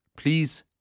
please